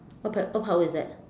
what power what power is that